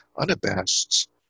unabashed